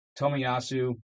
Tomiyasu